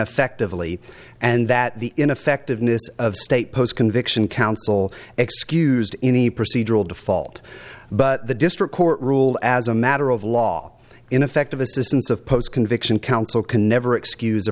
effectively and that the ineffectiveness of state post conviction counsel excused any procedural default but the district court ruled as a matter of law in effect of assistance of post conviction counsel can never excuse